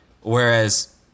Whereas